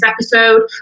episode